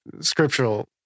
scriptural